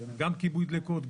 גם כיבוי דליקות,